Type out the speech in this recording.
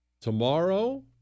Tomorrow